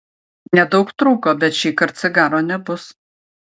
nedaug trūko bet šįkart cigaro nebus